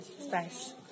space